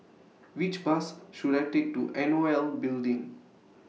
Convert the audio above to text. Which Bus should I Take to N O L Building